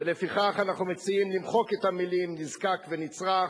ולפיכך אנחנו מציעים למחוק את המלים "נזקק" ו"נצרך",